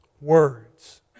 words